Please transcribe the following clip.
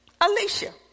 Alicia